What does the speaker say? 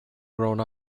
grown